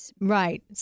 Right